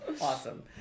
Awesome